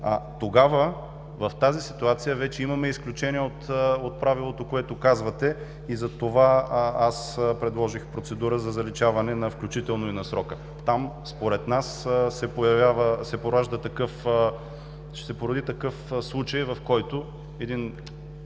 Тогава, в тази ситуация, вече имаме изключение от правилото, което казвате, и затова аз предложих процедура за заличаване „включително и на срока“. Там според нас ще се породи такъв случай, в който един